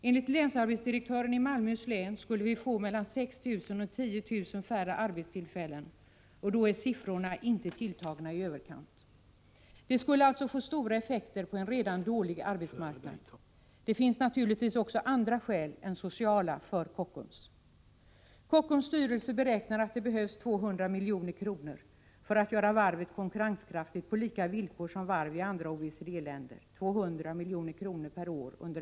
Enligt länsarbetsdirektören i Malmöhus län skulle vi få mellan 6 000 och 10 000 färre arbetstillfällen, och då är siffran inte tilltagen i överkant. Det skulle alltså bli stora effekter på en redan dålig arbetsmarknad. Och det finns naturligtvis också andra skäl än sociala för Kockums. Kockums styrelse beräknar att det behövs 200 milj.kr. för att göra varvet konkurrenskraftigt på lika villkor med varv i andra OECD-länder — 200 milj.kr. under ett par år.